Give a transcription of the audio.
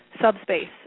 subspace